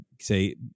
say